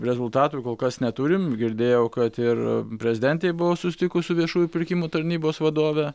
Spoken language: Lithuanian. rezultatų kol kas neturim girdėjau kad ir prezidentė buvo susitikus su viešųjų pirkimų tarnybos vadove